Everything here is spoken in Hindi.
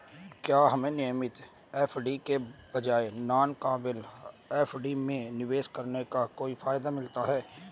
क्या हमें नियमित एफ.डी के बजाय नॉन कॉलेबल एफ.डी में निवेश करने का कोई फायदा मिलता है?